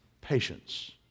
patience